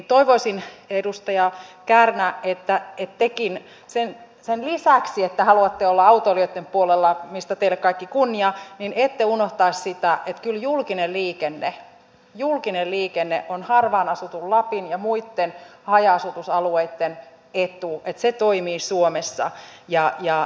toivoisin edustaja kärnä että tekin sen lisäksi että haluatte olla autoilijoitten puolella mistä teille kaikki kunnia ette unohtaisi sitä että kyllä julkinen liikenne on harvaan asutun lapin ja muitten haja asutusalueitten etu se että se toimii suomessa